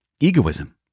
egoism